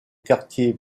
quartier